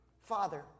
Father